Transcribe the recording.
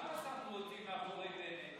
למה שמו אותי מאחורי בנט?